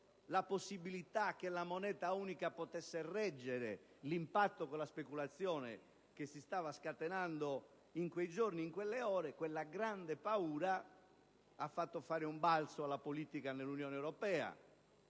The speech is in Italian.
la possibilità che la moneta unica reggesse l'impatto con la speculazione che si stava scatenando in quei giorni, in quelle ore), quella grande paura ha fatto fare un balzo alla politica dell'Unione europea,